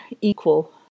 equal